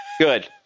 Good